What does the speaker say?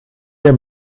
wir